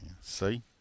see